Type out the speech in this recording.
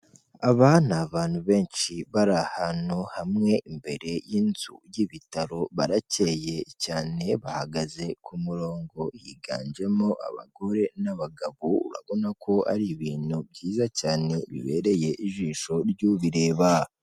Aba ni abantu benshi bari ahantu hamwe, imbere y'inzu y'ibitaro, baracyeye cyane, bahagaze ku murongo, higanjemo abagore n'abagabo, urabona ko ari ibintu byiza cyane bibereye ijisho ry'u bireba.